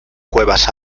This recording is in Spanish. cuevas